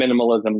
minimalism